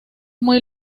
muy